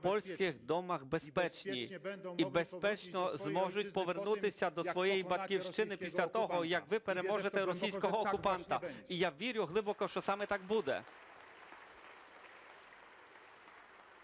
польських домах безпечні і безпечно зможуть повернутися до своєї Батьківщини після того, як ви переможете російського окупанта. І я вірю глибокого, що саме так і буде.